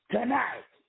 Tonight